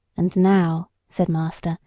and now, said master,